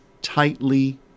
tightly